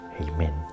Amen